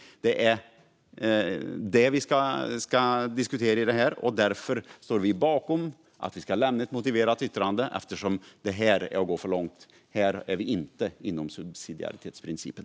Det är det som vi ska diskutera. Vi står bakom att vi ska lämna ett motiverat yttrande, eftersom det här är att gå för långt. Det är inte förenligt med subsidiaritetsprincipen.